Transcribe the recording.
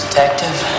Detective